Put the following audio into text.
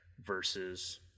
versus